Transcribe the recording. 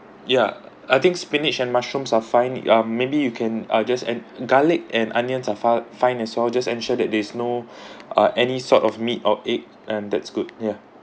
ya I think spinach and mushrooms are fine ah maybe you can ah just add garlic and onions are fine fine as well just ensure that there is no uh any sort of meat or egg and that's good yeah